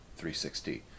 360